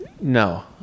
No